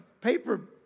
paper